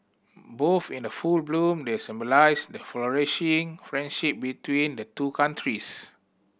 both in the full bloom they symbolise the flourishing friendship between the two countries